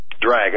dragon